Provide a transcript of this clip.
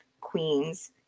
queens